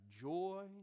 joy